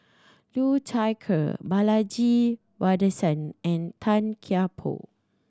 Liu Thai Ker Balaji Sadasivan and Tan Kian Por